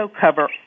cover